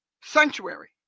sanctuary